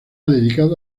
dedicado